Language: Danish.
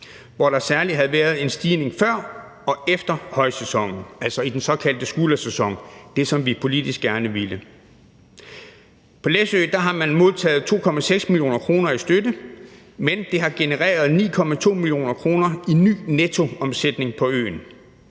hvor der særlig havde været en stigning før og efter højsæsonen, altså i den såkaldte skuldersæson, det, som vi politisk gerne ville. På Læsø har man modtaget 2,6 mio. kr. i støtte, men det har genereret 9,2 mio. kr. i ny nettoomsætning på øen